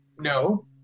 No